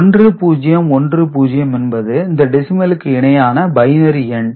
1 0 1 0 என்பது இந்த டெசிமலுக்கு இணையான பைனரி எண்